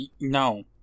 no